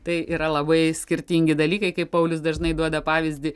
tai yra labai skirtingi dalykai kaip paulius dažnai duoda pavyzdį